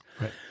Right